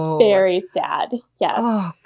very sad, yeah